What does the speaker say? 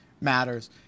matters